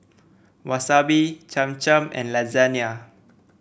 Wasabi Cham Cham and Lasagna